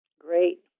Great